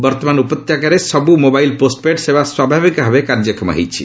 ବର୍ତ୍ତମାନ ଉପତ୍ୟକାରେ ସବୁ ମୋବାଇଲ୍ ପୋଷ୍ଟପେଡ୍ ସେବା ସ୍ୱାଭାବିକ ଭାବେ କାର୍ଯ୍ୟକ୍ଷମ ହୋଇଛି